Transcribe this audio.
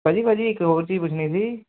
ਭਾਅ ਜੀ ਭਾਅ ਜੀ ਇੱਕ ਹੋਰ ਚੀਜ਼ ਪੁੱਛਣੀ ਸੀ